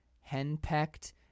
henpecked